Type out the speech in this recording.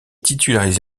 titularisé